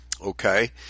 Okay